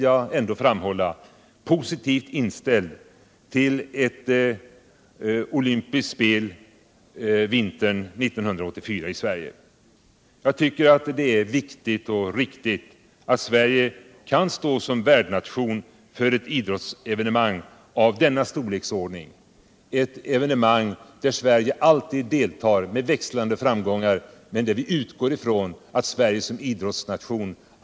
Jag frågar mig: Varför gäller inte den bedömningen i dag? Jag instämmer i Tvra Johanssons bedömning att det här förslaget är en utmaning. En olvympiad vars kostnader ir oerhört osäkra kan inte anses ullhöra vad som är oundgängligen nödvändigt för att klara Sveriges ekonomi.